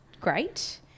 great